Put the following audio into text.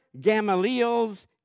Gamaliel's